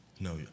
no